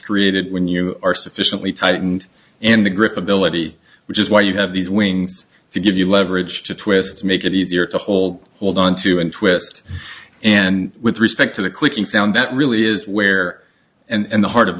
created when you are sufficiently tightened in the grip ability which is why you have these wings to give you leverage to twist to make it easier to hold hold onto and twist and with respect to the clicking sound that really is where and the heart of